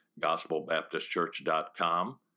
gospelbaptistchurch.com